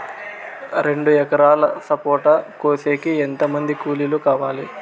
రెండు ఎకరాలు సపోట కోసేకి ఎంత మంది కూలీలు కావాలి?